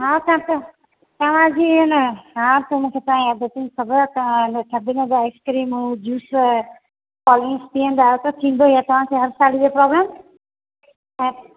हा डॉक्टर तवां जीअं न हा त मुखे तवांयी आदतूं ख़बर आ तां थदि में आइस्क्रीमूं जूस कोल डींक्स पीअंदा आयो त थींदो ई असांखे हर सालु इअ प्रॉब्लम